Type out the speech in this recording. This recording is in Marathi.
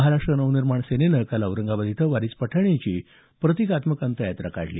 महाराष्ट्र नवनिर्माण सेनेनं काल औरंगाबाद इथं वारिस पठाण यांची प्रतिकात्मक अंत्ययात्रा काढली